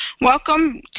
Welcome